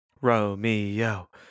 Romeo